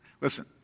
Listen